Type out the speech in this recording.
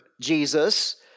Jesus